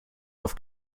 auf